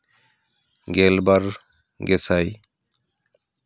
ᱜᱮᱞᱵᱟᱨ ᱜᱮᱥᱟᱭ